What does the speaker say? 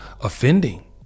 offending